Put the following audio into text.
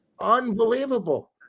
Unbelievable